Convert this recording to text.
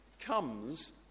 comes